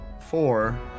four